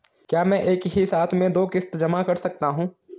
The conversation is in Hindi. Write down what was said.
क्या मैं एक ही साथ में दो किश्त जमा कर सकता हूँ?